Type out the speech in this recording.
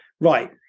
Right